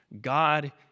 God